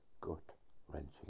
gut-wrenching